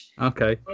okay